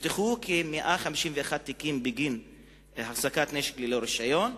נפתחו כ-151 תיקים בגין החזקת נשק ללא רשיון,